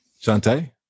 Shantae